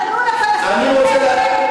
כשייתנו לפלסטינים,